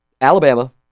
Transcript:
Alabama